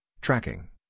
tracking